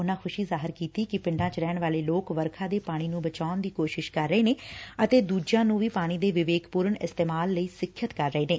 ਉਨ੍ਹਾ ਖੁਸ਼ੀ ਜ਼ਾਹਰ ਕੀਤੀ ਕਿ ਪਿੰਡਾਂ ਚ ਰਹਿਣ ਵਾਲੇ ਲੋਕ ਵਰਖਾ ਦੇ ਪਾਣੀ ਨੂੰ ਬਚਾਉਣ ਦੀ ਕੋਸ਼ਿਸ਼ ਕਰ ਰਹੇ ਨੇ ਅਤੇ ਦੂਜਿਆਂ ਨੂੰ ਵੀ ਪਾਣੀ ਦੇ ਵਿਵੇਕਪੁਰਨ ਇਸਤੇਮਾਲ ਲਈ ਸਿੱਖਿਅਤ ਕਰ ਰਹੇ ਨੇ